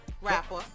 Rapper